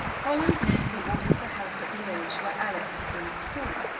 holland named the order of the house at liege where alex had been at school.